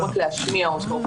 לא רק להשמיע אותו,